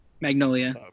Magnolia